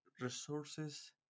resources